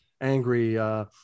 angry